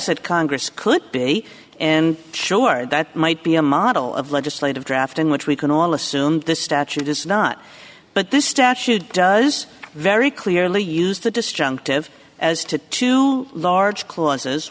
that congress could be and sure that might be a model of legislative draft in which we can all assume this statute does not but this statute does very clearly used to disjunctive as to two large clauses